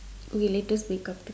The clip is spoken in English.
okay latest make-up tip